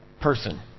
person